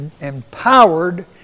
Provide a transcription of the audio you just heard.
empowered